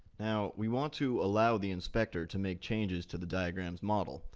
now, we want to allow the inspector to make changes to the diagram's model,